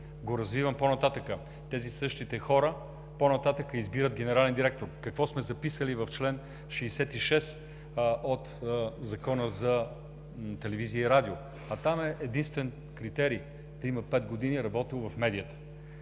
го развивам по-нататък. Същите тези хора по-нататък избират генерален директор. Какво сме записали в чл. 66 от Закона за телевизия и радио? Там единствен критерий е да има пет години, работил в медия.